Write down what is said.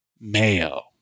mayo